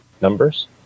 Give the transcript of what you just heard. numbers